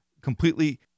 completely